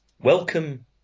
Welcome